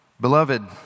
Beloved